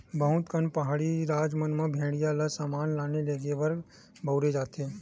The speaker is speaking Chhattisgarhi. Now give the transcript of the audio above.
बहुत कन पहाड़ी राज मन म भेड़िया ल समान लाने लेगे बर घलो बउरे जाथे